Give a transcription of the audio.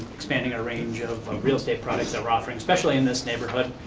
expanding a range of real estate products that we're offering especially in this neighborhood,